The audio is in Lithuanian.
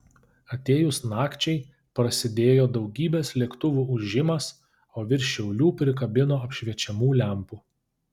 atėjus nakčiai prasidėjo daugybės lėktuvų ūžimas o virš šiaulių prikabino apšviečiamų lempų